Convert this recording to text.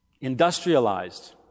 industrialized